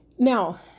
Now